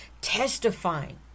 testifying